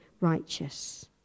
righteous